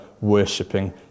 worshipping